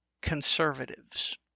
conservatives